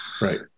right